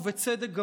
ובצדק גמור.